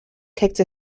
kicked